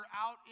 out